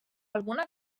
alguna